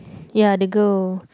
ya the girl